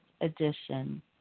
edition